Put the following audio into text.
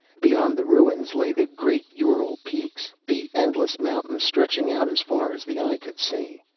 beyond the ruins lay the great ural peaks, the endless mountains, stretching out as far as the eye could see.